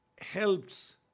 helps